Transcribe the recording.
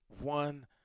one